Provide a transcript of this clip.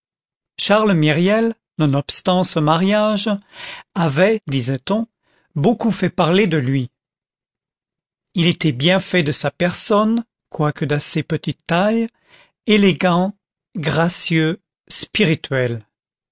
charles myriel nonobstant ce mariage avait disait-on beaucoup fait parler de lui il était bien fait de sa personne quoique d'assez petite taille élégant gracieux spirituel